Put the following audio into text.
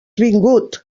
vingut